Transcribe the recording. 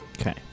Okay